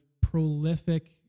prolific